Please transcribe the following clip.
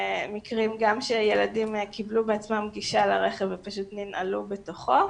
מקרים גם שילדים קיבלו בעצמם גישה לרכב ופשוט ננעלו בתוכו.